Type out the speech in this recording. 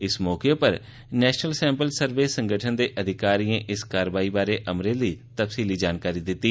इस मौके पर नैशनल सैम्पल सर्वे संगठन दे अधिकारियें इस कारवाई बारै अमले दी तफसीली जानकारी दिती